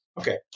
Okay